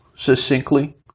succinctly